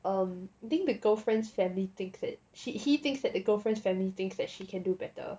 um I think the girlfriend's family thinks that he he thinks that the girlfriend's family thinks that she can do better